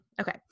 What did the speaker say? okay